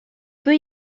peut